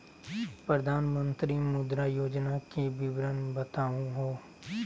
प्रधानमंत्री मुद्रा योजना के विवरण बताहु हो?